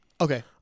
Okay